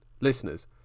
listeners